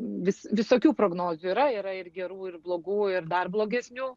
vis visokių prognozių yra yra ir gerų ir blogų ir dar blogesnių